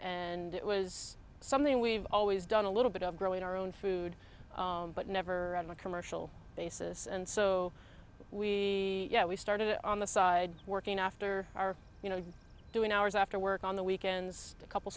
and it was something we've always done a little bit of growing our own food but never on a commercial basis and so we we started on the side working after our you know doing hours after work on the weekends a couple